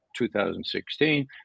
2016